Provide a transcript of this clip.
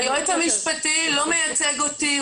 היועץ המשפטי לא מייצג אותי.